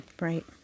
Right